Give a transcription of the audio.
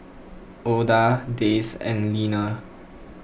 Oda Dayse and Leaner